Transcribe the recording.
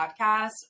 podcast